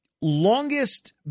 Longest